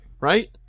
Right